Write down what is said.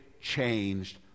changed